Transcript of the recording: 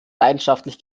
leidenschaftlich